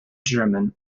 german